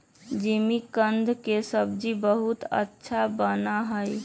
जिमीकंद के सब्जी बहुत अच्छा बना हई